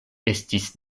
estis